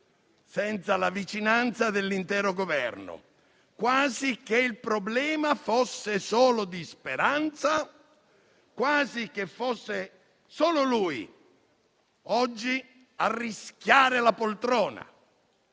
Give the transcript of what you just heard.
senza la vicinanza dell'intero Governo, quasi che il problema fosse solo di Speranza, quasi che fosse solo lui oggi a rischiare la poltrona.